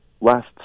last